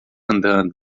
andando